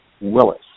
Willis